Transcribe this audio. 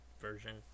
version